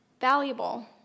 valuable